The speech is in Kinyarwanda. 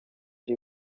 ari